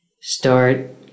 Start